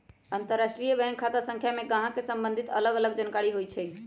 अंतरराष्ट्रीय बैंक खता संख्या में गाहक से सम्बंधित अलग अलग जानकारि होइ छइ